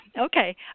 Okay